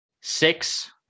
six